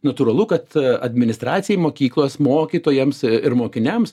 natūralu kad administracijai mokyklos mokytojams ir mokiniams